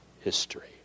history